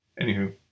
anywho